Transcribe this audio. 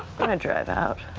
and drive out.